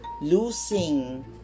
losing